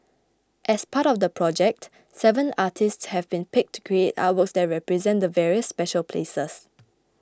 as part of the project seven artists have been picked to create artworks that represent the various special places